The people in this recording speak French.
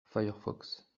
firefox